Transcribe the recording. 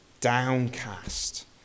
downcast